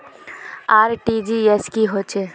RTGS की होचए?